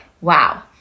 wow